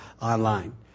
online